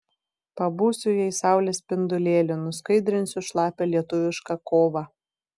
pabūsiu jai saulės spindulėliu nuskaidrinsiu šlapią lietuvišką kovą